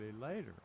later